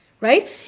right